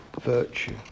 virtue